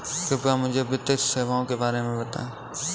कृपया मुझे वित्तीय सेवाओं के बारे में बताएँ?